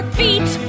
feet